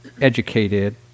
educated